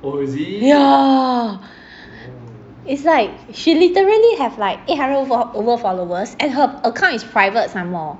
ya it's like she literally have like eight hundred over followers and her account is private some more